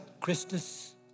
Christus